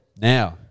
Now